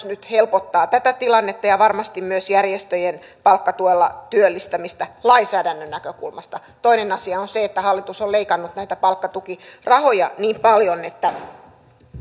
nyt helpottaa tätä tilannetta ja varmasti myös järjestöjen palkkatuella työllistämistä lainsäädännön näkökulmasta toinen asia on se että hallitus on leikannut näitä palkkatukirahoja niin paljon että